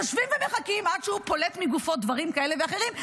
יושבים ומחכים עד שהוא פולט מגופו דברים כאלה ואחרים.